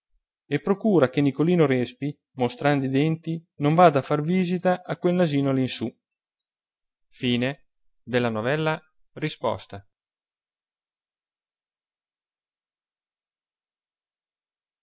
così e procura che nicolino respi mostrando i denti non vada a far visita a quel nasino all'insù